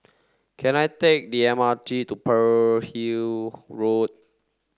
can I take the M R T to Pearl Hill Road